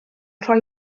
rhoi